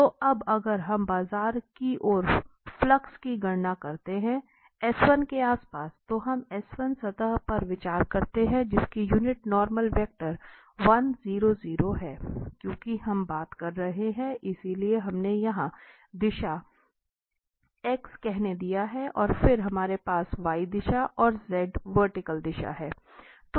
तो अब अगर हम बाहर की ओर फ्लक्स की गणना करते हैं के आसपास तो हम सतह पर विचार करते हैं जिसकी यूनिट नॉर्मल वेक्टर 100 है क्योंकि हम बात कर रहे हैं इसलिए हमने यहाँ दिशा x कहने दिया है और फिर हमारे पास y दिशा और z वर्टिकल दिशा है